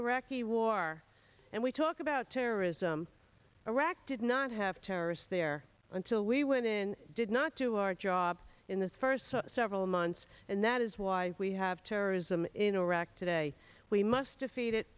iraqi war and we talk about terrorism iraq did not have terrorists there until we went in did not do our job in the first several months and that is why we have terrorism in iraq today we must defeat it